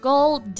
Gold